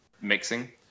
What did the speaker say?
mixing